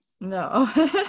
No